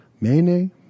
Mene